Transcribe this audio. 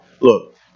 Look